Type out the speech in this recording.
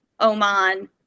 Oman